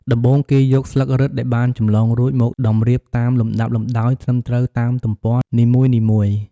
ដំបូង គេយកស្លឹករឹតដែលបានចម្លងរួចមកតម្រៀបតាមលំដាប់លំដោយត្រឹមត្រូវតាមទំព័រនីមួយៗ។